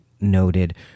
noted